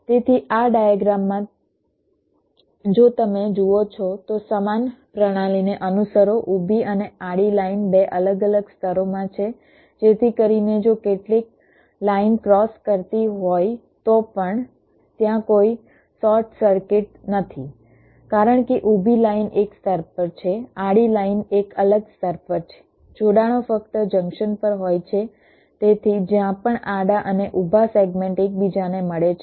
તેથી આ ડાયગ્રામ માં જો તમે જુઓ છો તો સમાન પ્રણાલીને અનુસરો ઊભી અને આડી લાઇન 2 અલગ અલગ સ્તરોમાં છે જેથી કરીને જો કેટલીક લાઇન ક્રોસ કરતી હોય તો પણ ત્યાં કોઈ શોર્ટ સર્કિટ નથી કારણ કે ઊભી લાઇન એક સ્તર પર છે આડી લાઇન એક અલગ સ્તર પર છે જોડાણો ફક્ત જંકશન પર હોય છે તેથી જ્યાં પણ આડા અને ઊભા સેગમેન્ટ એકબીજાને મળે છે